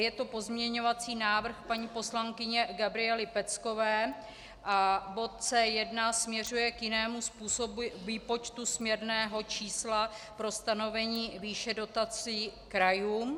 Je to pozměňovací návrh paní poslankyně Gabriely Peckové a bod C1 směřuje k jinému způsobu výpočtu směrného čísla pro stanovení výše dotací krajům.